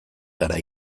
gara